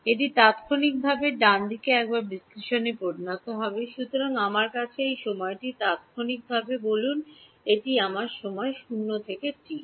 এটি তাত্ক্ষণিকভাবে ডানদিকে একবার সংশ্লেষে পরিণত হবে সুতরাং আমার কাছে এই সময়টি তাত্ক্ষণিকভাবে বলুন এটি আমার সময় 0 থেকে t